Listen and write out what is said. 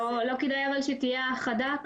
לא כדאי שתהיה האחדה?